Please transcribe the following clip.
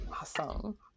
Awesome